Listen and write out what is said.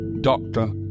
doctor